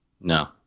No